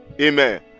Amen